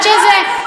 שוויון אזרחי,